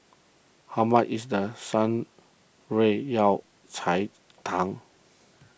how much is the Shan Rui Yao Cai Tang